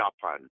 Japan